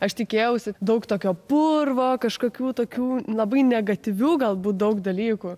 aš tikėjausi daug tokio purvo kažkokių tokių labai negatyvių galbūt daug dalykų